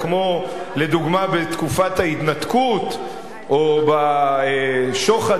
כמו לדוגמה בתקופת ההתנתקות או בשוחד